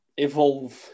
evolve